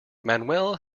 manuel